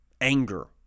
anger